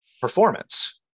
performance